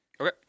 Okay